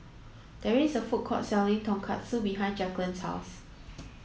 there is a food court selling Tonkatsu behind Jacklyn's house